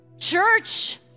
Church